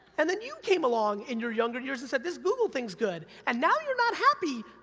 and then you came along, in your younger years and said, this google thing's good. and now you're not happy,